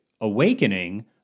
Awakening